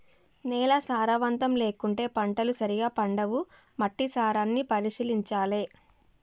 నేల సారవంతం లేకుంటే పంటలు సరిగా పండవు, మట్టి సారాన్ని పరిశీలించాలె